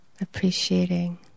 appreciating